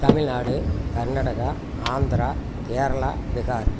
Tamil Nadu Karnataka Andhra Kerala Bihar